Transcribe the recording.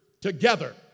together